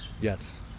Yes